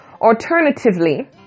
alternatively